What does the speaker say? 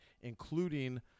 including